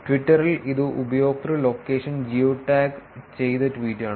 ട്വിറ്ററിൽ ഇത് ഉപയോക്തൃ ലൊക്കേഷൻ ജിയോടാഗ് ചെയ്ത ട്വീറ്റാണ്